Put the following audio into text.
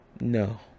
no